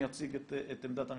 מי יציג את עמדת המשרד?